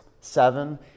seven